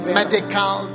medical